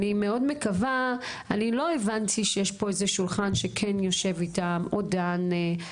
לא הבנתי שיש שולחן עגול כלשהו שיושבים סביבו ודנים אתם.